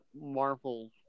marvel